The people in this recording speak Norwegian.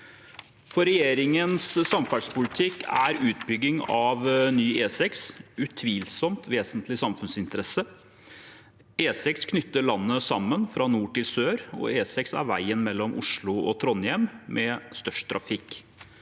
For regjeringens samferdselspolitikk er utbygging av ny E6 utvilsomt av vesentlig samfunnsinteresse. E6 knytter landet sammen fra nord til sør, og E6 er veien mellom Oslo og Trondheim med størst trafikk.